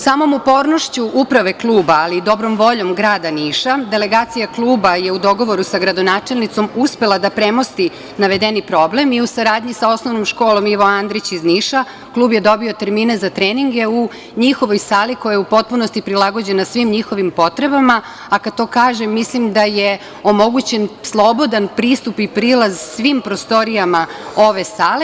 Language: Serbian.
Samom upornošću uprave kluba, ali i dobrom voljom grada Niša delegacija kluba je u dogovoru sa gradonačelnicom uspela da premosti navedeni problem i u saradnji sa osnovnom školom „Ivo Andrić“ iz Niša klub je dobio termine za treninge u njihovoj sali koja je u potpunosti prilagođenja svim njihovim potrebama, a kada to kažem, mislim da je omogućen slobodan pristup i prilaz svim prostorijama ove sale.